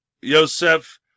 Yosef